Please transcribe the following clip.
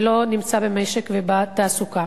ולא נמצא במשק ובתעסוקה.